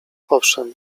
owszem